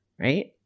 right